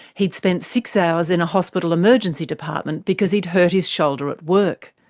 he'd spent six hours in a hospital emergency department because he'd hurt his shoulder at work.